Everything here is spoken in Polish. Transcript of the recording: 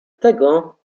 tego